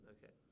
Okay